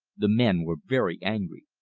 the men were very angry.